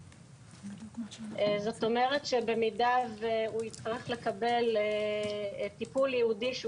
זאת אומרת שבמידה שהוא יצטרך טיפול ייעודי שהוא